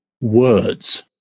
Words